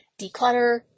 declutter